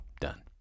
done